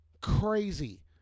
Crazy